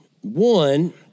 one